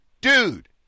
dude